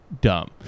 dumb